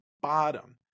bottom